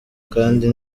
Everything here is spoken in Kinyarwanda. kandi